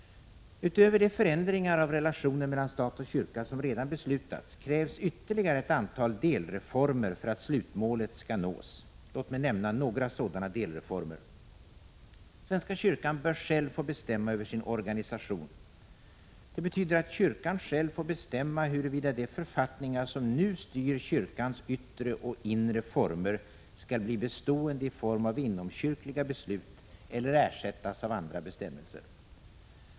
Utöver de förändringar av relationen mellan stat och kyrka som redan beslutats krävs ytterligare ett antal delreformer för att slutmålet skall nås. Låt mig här nämna några sådana delreformer. Svenska kyrkan bör själv få bestämma över sin organisation. Det betyder att kyrkan själv får bestämma huruvida de författningar som nu styr kyrkans yttre och inre former skall bli bestående i form av inomkyrkliga beslut eller ersättas av andra bestämmelser.